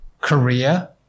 Korea